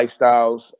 lifestyles